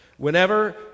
Whenever